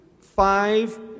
five